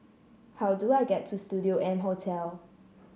how do I get to Studio M Hotel